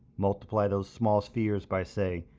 multiply those small spheres by, say,